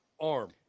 arm